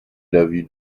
l’avis